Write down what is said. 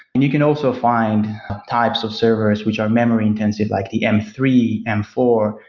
and you can also find types of servers, which are memory-intensive like the m three, m four,